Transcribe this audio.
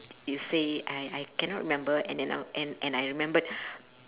you say I I cannot remember and then I'll and and I remembered